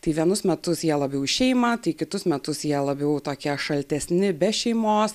tai vienus metus jie labiau į šeimą tai kitus metus jie labiau tokie šaltesni be šeimos